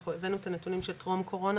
אנחנו הבאנו את הנתונים של טרום-קורונה,